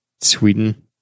Sweden